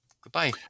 Goodbye